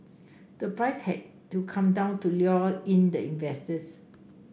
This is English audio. the price had to come down to lure in the investors